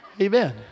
amen